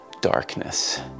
darkness